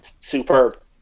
Superb